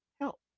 help